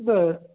বল